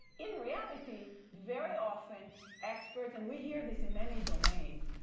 in reality, very often experts. and we hear this in many domains.